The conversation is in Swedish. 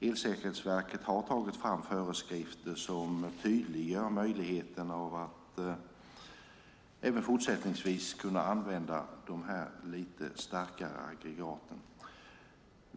Elsäkerhetsverket har tagit fram föreskrifter som tydliggör möjligheten att även fortsättningsvis kunna använda de här lite starkare aggregaten.